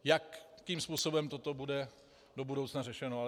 Jakým způsobem toto bude do budoucna řešeno?